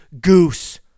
Goose